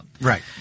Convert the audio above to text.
Right